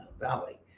Valley